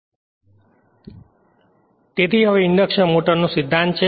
તેથી હવે ઇન્ડક્શન મોટરના સિદ્ધાંત છે